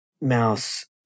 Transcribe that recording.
mouse